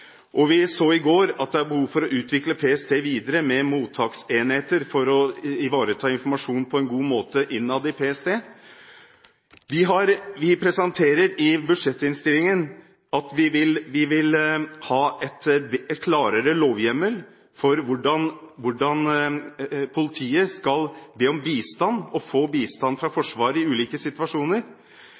sikkerhetsmyndighet. Vi så i går at det er behov for å utvikle PST videre med mottaksenheter for å ivareta informasjon på en god måte innad i PST. Vi presenterer i budsjettinnstillingen at vi vil ha en klarere lovhjemmel for hvordan politiet skal be om bistand og få bistand fra Forsvaret i ulike situasjoner.